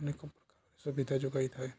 ଅନେକ ପ୍ରକାର ସୁବିଧା ଯୋଗାଇଥାଏ